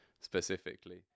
specifically